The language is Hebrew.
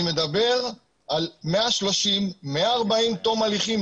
אני מדבר על 130-140 תום הליכים,